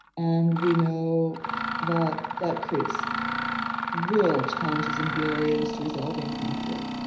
and we know that that creates real challenges and barriers to resolving conflict.